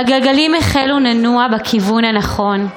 הגלגלים החלו לנוע בכיוון הנכון,